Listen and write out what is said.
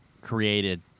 created